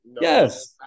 Yes